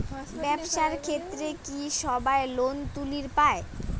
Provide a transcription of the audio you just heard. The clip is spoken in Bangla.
ব্যবসার ক্ষেত্রে কি সবায় লোন তুলির পায়?